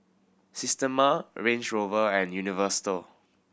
Systema Range Rover and Universal